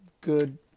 good